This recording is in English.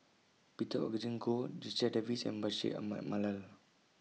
Peter Augustine Goh Checha Davies and Bashir Ahmad Mallal